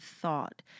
thought